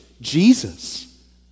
Jesus